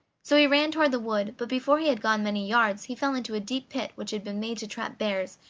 so he ran toward the wood, but before he had gone many yards he fell into a deep pit which had been made to trap bears,